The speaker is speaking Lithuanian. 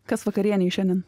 kas vakarienei šiandien